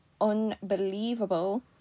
unbelievable